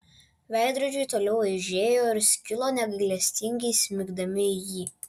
veidrodžiai toliau aižėjo ir skilo negailestingai smigdami į jį